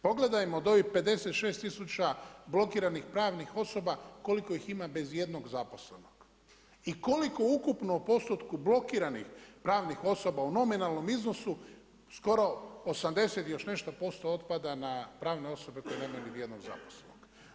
Pogledajmo od 56 tisuća blokiranih pravnih osoba koliko ih ima bez jednog zaposlenog i koliko ukupno u postupku blokiranih pravnih osoba u nominalnom iznosu skoro 80 i još nešto posto otpada na pravne osobe koje nemaju nijednog zaposlenog.